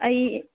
ꯑꯩ